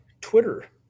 Twitter